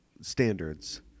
standards